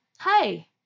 Hey